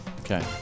Okay